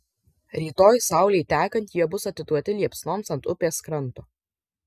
rytoj saulei tekant jie bus atiduoti liepsnoms ant upės kranto